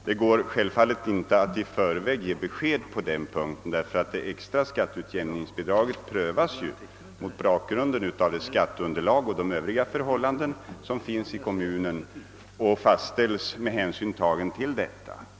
Det går självfallet inte att i förväg ge besked på den punkten, därför att det extra skatteutjämningsbidraget prövas mot bakgrunden av skatteunderlag och övriga förhållanden i kommunen och fastställs med hänsyn tagen till detta.